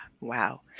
Wow